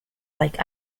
like